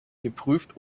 geprüft